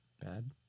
bad